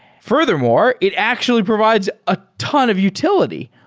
furthermore, it actually provides a ton of utility.